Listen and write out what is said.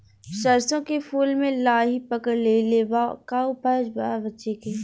सरसों के फूल मे लाहि पकड़ ले ले बा का उपाय बा बचेके?